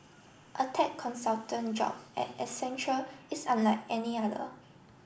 a tech consultant job at Accenture is unlike any other